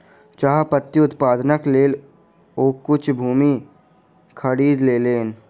चाह पत्ती उत्पादनक लेल ओ किछ भूमि खरीद लेलैन